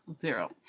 zero